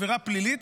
עבירה פלילית,